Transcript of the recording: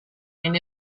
and